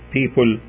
people